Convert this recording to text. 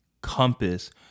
compass